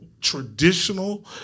traditional